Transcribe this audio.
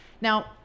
Now